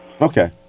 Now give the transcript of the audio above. Okay